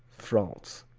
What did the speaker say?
france